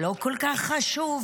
לא כל כך חשוב.